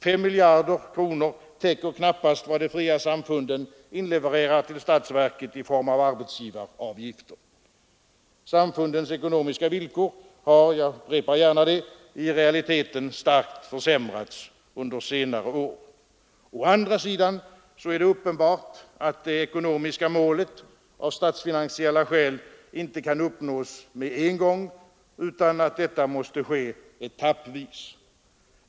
5 miljoner kronor täcker knappast vad de fria samfunden inlevererar till statsverket i form av arbetsgivaravgift. Samfundens ekonomiska villkor har, jag upprepar det, i realiteten starkt försämrats under senare år. Å andra sidan är det uppenbart att det ekonomiska målet av statsfinansiella skäl inte kan uppnås med en gång utan att detta måste ske etappvis.